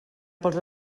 pels